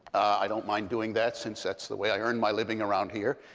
i don't mind doing that since that's the way i earn my living around here.